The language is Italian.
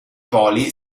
poli